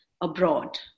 abroad